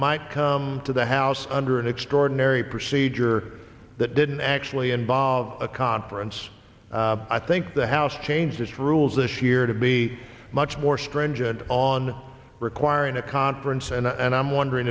might come to the house under an extraordinary procedure that didn't actually involve a conference i think the house changed its rules this year to be much more stringent on requiring a conference and i'm wondering